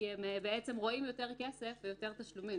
כי הם רואים יותר כסף ויותר תשלומים.